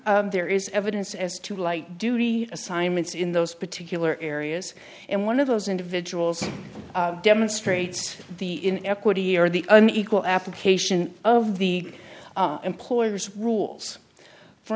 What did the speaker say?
there is evidence as to light duty assignments in those particular areas and one of those individuals demonstrates the in equity or the an equal application of the employer's rules for